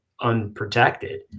unprotected